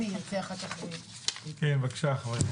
כן, בבקשה.